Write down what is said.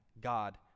God